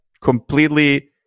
completely